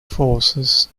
forces